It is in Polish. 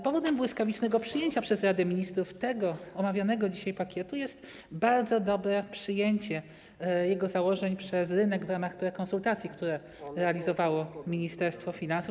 Powodem błyskawicznego przyjęcia przez Radę Ministrów omawianego dzisiaj pakietu jest bardzo dobre przyjęcie jego założeń przez rynek w ramach prekonsultacji, które realizowało Ministerstwo Finansów.